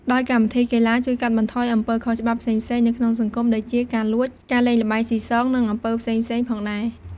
ដោយកម្មវិធីកីឡាជួយកាត់បន្ថយអំពើខុសច្បាប់ផ្សេងៗនៅក្នុងសង្គម ដូចជាការលួច ការលេងល្បែងស៊ីសង និងអំពើផ្សេងៗផងដែរ។